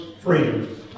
freedom